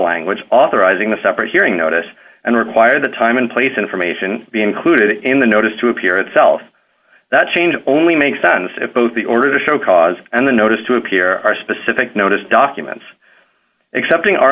language authorizing the separate hearing notice and require the time in place information to be included in the notice to appear itself that change only makes sense if both the order the show cause and the notice to appear are specific notice documents accepting